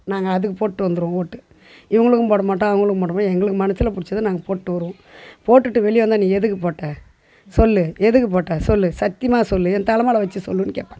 நாங்கள் அதுக்கு போட்டு வந்திருவோம் ஓட்டு இவங்களுக்கும் போட மாட்டோம் அவங்களுக்கும் போட மாட்டோம் எங்களுக்கு மனதுல பிடிச்சத நாங்கள் போட்டு வருவோம் போட்டுட்டு வெளியே வந்தால் நீ எதுக்கு போட்ட சொல்லு எதுக்கு போட்ட சொல்லு சத்தியமாக சொல்லு என் தலை மேலே வச்சி சொல்லுன்னு கேட்பாங்க